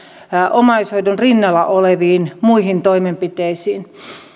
omaishoidon rinnalla oleviin muihin toimenpiteisiin